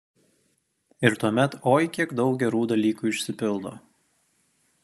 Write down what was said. ir tuomet oi kiek daug gerų dalykų išsipildo